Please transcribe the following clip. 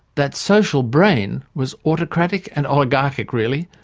that social brain was autocratic and oligarchic, really,